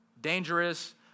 dangerous